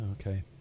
Okay